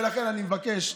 ולכן אני מבקש,